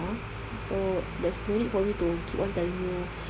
so there's no need for me to keep on telling you